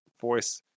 voice